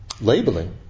Labeling